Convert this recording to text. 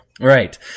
Right